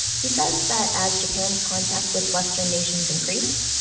he says that as japan's contact with western nations increased,